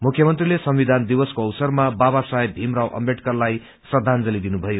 मुख्यमंत्रीले संविधान दिवसको अवसरमा बाबासाहेब भीमराव अम्बेदकरलाई श्रदाजंली दिनुभयो